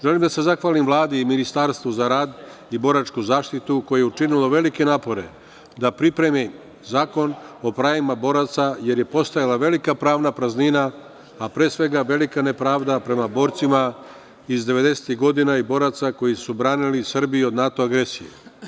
Želim da se zahvalim Vladi i Ministarstvu za rad i boračku zaštitu koji su učinili velike napore da pripreme zakon o pravima boraca, jer je postojala velika pravna praznina, a pre svega velika nepravda prema borcima iz 90-ih godina i boraca koji su branili Srbiju od NATO agresije.